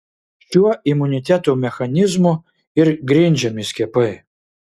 šiuo imuniteto mechanizmu ir grindžiami skiepai